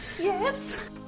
Yes